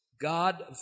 God